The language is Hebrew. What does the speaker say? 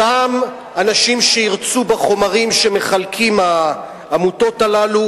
אותם אנשים שירצו בחומרים שהעמותות הללו